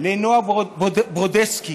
לנועה ברודסקי,